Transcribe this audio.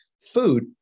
food